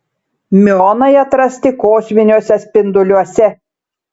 miuonai atrasti kosminiuose spinduoliuose